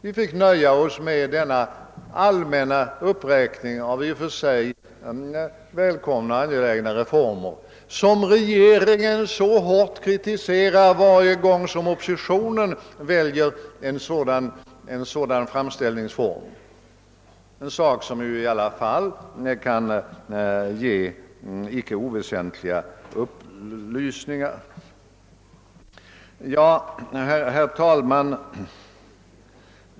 Vi fick nöja oss med den allmänna uppräkning av i och för sig välkomna och angelägna reformer, som regeringen så hårt kritiserar varje gång oppositionen väljer en sådan framställningsform. En sådan uppräkning kan ändå ge icke oväsentliga upplysningar.